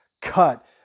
cut